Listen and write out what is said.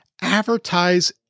advertise